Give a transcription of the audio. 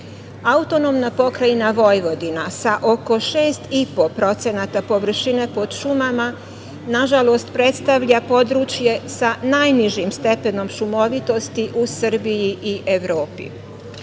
42%.Autonomna pokrajina Vojvodina sa oko 6,5% površine pod šumama, nažalost, predstavlja područje sa najnižim stepenom šumovitosti u Srbiji i Evropi.